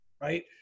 right